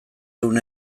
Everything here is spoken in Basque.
une